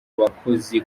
bakozi